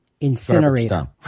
incinerator